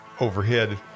overhead